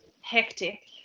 hectic